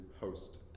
host